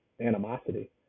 animosity